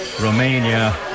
Romania